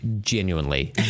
genuinely